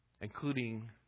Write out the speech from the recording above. including